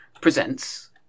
Presents